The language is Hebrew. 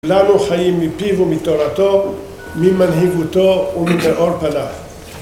כולנו חיים מפיו ומתורתו, ממנהיבותו ומטהור פניו.